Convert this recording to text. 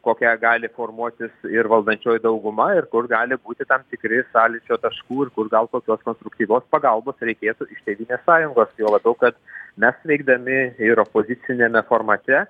kokia gali formuotis ir valdančioji dauguma ir kur gali būti tam tikri sąlyčio taškų ir kur gal kokios konstruktyvios pagalbos reikėtų iš tėvynės sąjungos juo labiau kad mes veikdami ir opoziciniame formate